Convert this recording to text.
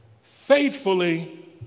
faithfully